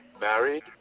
Married